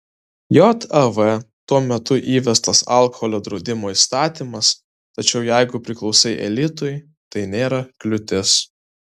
jav tuo metu įvestas alkoholio draudimo įstatymas tačiau jeigu priklausai elitui tai nėra kliūtis